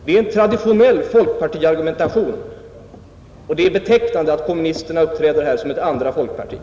Det är en traditionell folkpartiargumentation, och det är 10 mars 1971 betecknande att kommunisterna här uppträder som ett andra folkparti.